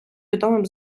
відомим